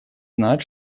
знают